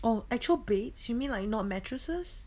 or actual beds you mean like not mattresses